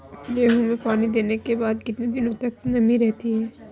गेहूँ में पानी देने के बाद कितने दिनो तक नमी रहती है?